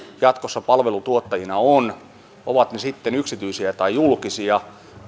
jatkossa palvelutuottajina ovat ovat ne sitten yksityisiä tai julkisia